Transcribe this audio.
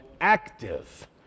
active